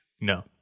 no